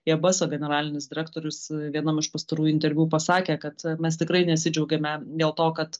airbus generalinis direktorius vienam iš pastarųjų interviu pasakė kad mes tikrai nesidžiaugiame dėl to kad